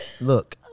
Look